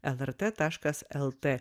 lrt taškas lt